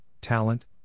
talent